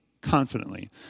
confidently